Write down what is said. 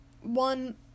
One